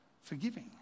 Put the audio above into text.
forgiving